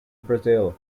brazil